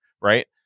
Right